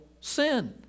sin